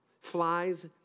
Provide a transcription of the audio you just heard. flies